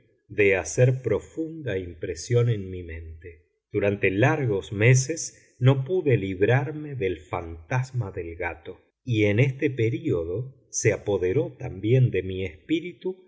de hacer profunda impresión en mi mente durante largos meses no pude librarme del fantasma del gato y en este período se apoderó también de mi espíritu